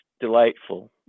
delightful